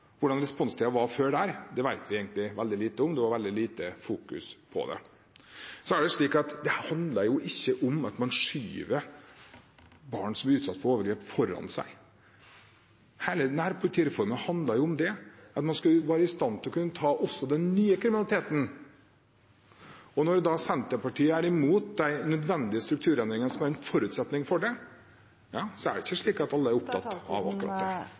Hvordan responstiden var før det, vet vi egentlig veldig lite om, det var veldig lite fokus på det. Det handler ikke om at man skyver barn som er utsatt for overgrep, foran seg. Hele nærpolitireformen handlet jo om at man skulle være i stand til å kunne ta også den nye kriminaliteten. Når Senterpartiet er imot de nødvendige strukturendringene som er en forutsetning for det – ja, så er det ikke slik at alle er opptatt av